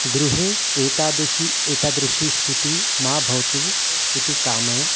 गृहे एतादृशी एतादृशी स्थितिः मा भवतु इति कामये